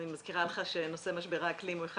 אני מזכירה לך שנושא משבר האקלים הוא אחד